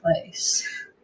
place